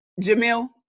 Jamil